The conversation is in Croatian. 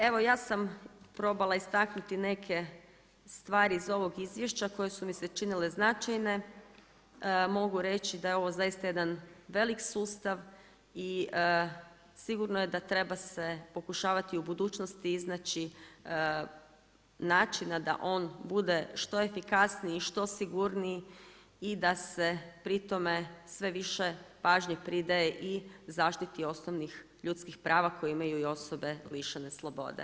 Evo ja sam probala istaknuti neke stvari iz ovog izvješća koje su mi se činile značajne, mogu reći da je ovo zaista jedan velik sustav i sigurno je da treba se pokušavati u budućnosti iznaći načina da on bude što efikasniji i što sigurniji i da se pri tome sve više pažnje pridaje i zaštiti osnovnih ljudskih prava koje imaju i osobe lišene slobode.